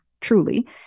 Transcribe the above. truly